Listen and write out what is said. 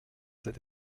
cet